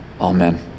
Amen